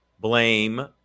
blame